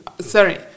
Sorry